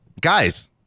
guys